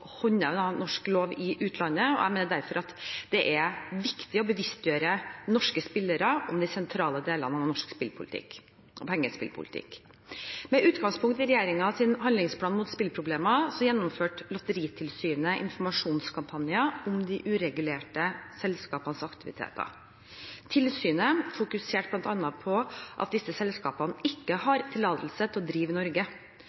norsk lov i utlandet, og jeg mener derfor at det er viktig å bevisstgjøre norske spillere om de sentrale delene av norsk pengespillpolitikk. Med utgangspunkt i regjeringens handlingsplan mot spilleproblemer gjennomførte Lotteritilsynet informasjonskampanjer om de uregulerte selskapenes aktiviteter. Tilsynet fokuserte bl.a. på at disse selskapene ikke